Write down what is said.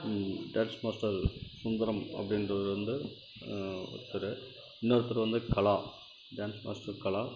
dance master Sundaram அப்படின்றவரு வந்து ஒருத்தர் இன்னொருத்தர் வந்து கலா டான்ஸ் மாஸ்டர் கலா